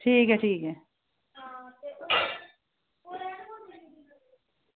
आं ठीक ऐ ठीक ऐ